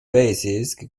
basis